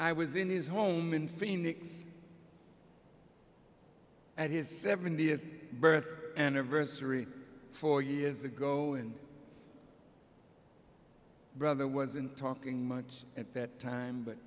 i was in his home in phoenix at his seventieth birthday anniversary four years ago and brother wasn't talking much at that time but